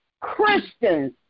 Christians